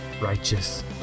righteous